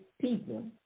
people